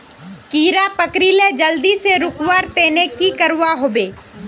कीड़ा पकरिले जल्दी से रुकवा र तने की करवा होबे?